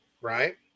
right